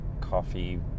coffee